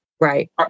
Right